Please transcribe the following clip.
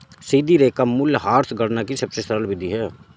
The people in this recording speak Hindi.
सीधी रेखा मूल्यह्रास गणना की सबसे सरल विधि है